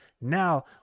Now